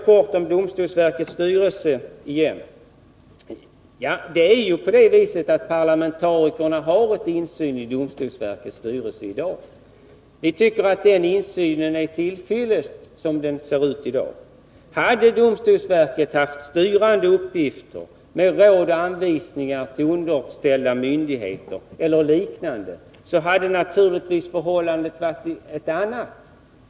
Kort om domstolsverkets styrelse igen: Parlamentarikerna har insyn i domstolsverkets styrelse i dag, och vi tycker att den insynen är till fyllest. Hade domstolsverket haft styrande uppgifter med råd och anvisningar till underställda myndigheter eller liknande hade naturligtvis förhållandet varit ett annat.